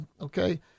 okay